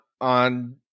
on